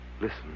Listen